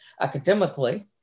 academically